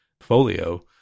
Folio